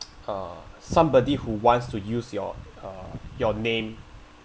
uh somebody who wants to use your uh your name